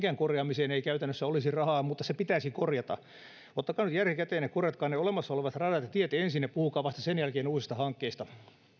senkään korjaamiseen ei käytännössä olisi rahaa mutta se pitäisi korjata ottakaa nyt järki käteen ja korjatkaa ne olemassa olevat radat ja tiet ensin ja puhukaa vasta sen jälkeen uusista hankkeista